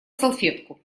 салфетку